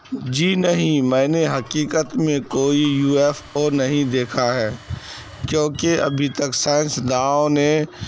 جی نہیں میں نے حقیقت میں کوئی یو ایف او نہیں دیکھا ہے کیوںکہ ابھی تک سائنس دانوں نے